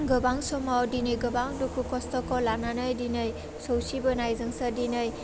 गोबां समाव दिनै गोबां दुखु खस्थ'खौ लानानै दिनै सौसिबोनायजोंसो दिनै